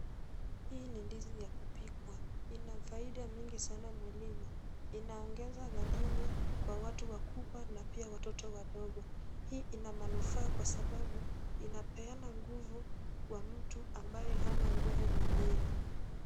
Hii ni ndizi ya kupikwa. Ina faida nyingi sana mwilini. Inaongeza madini kwa watu wakubwa na pia watoto wadogo. Hii ina manufaa kwa sababu inapeana nguvu kwa mtu ambaye hana nguvu mwilini.